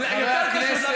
אבל למה אתה לא מכבד אותנו?